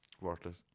Worthless